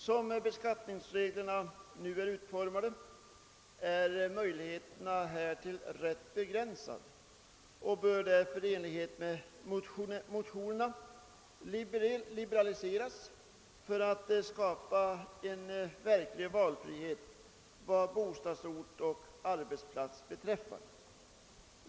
Som beskattningsreglerna nu är utformade är emellertid möjligheterna att få avdrag rätt begränsade, och de bör därför i enlighet med vad som begärs i motionerna liberaliseras, så att det skapas en verklig valfrihet vad bostadsort och arbetsplats beträffar.